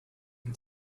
and